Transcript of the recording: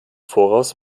voraus